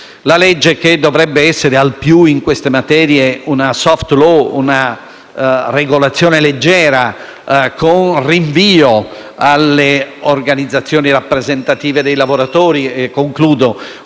La legge dovrebbe essere al più in queste materie una *soft law*, una regolazione leggera con rinvio alle organizzazioni rappresentative dei lavoratori e con